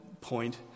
point